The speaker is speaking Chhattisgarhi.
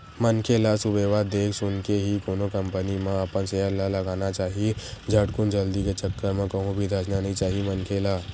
मनखे ल सुबेवत देख सुनके ही कोनो कंपनी म अपन सेयर ल लगाना चाही झटकुन जल्दी के चक्कर म कहूं भी धसना नइ चाही मनखे ल